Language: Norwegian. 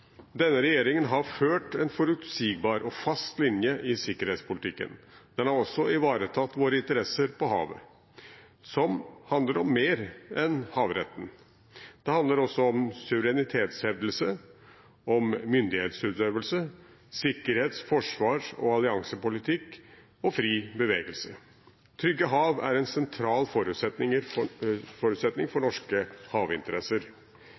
Denne regjeringen har ført en forutsigbar og fast linje i sikkerhetspolitikken. Den har også ivaretatt våre interesser på havet, som handler om mer enn havretten. Det handler også om suverenitetshevdelse, om myndighetsutøvelse, om sikkerhets-, forsvars- og alliansepolitikk og om fri bevegelse. Trygge hav er en sentral forutsetning for norske havinteresser.